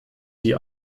die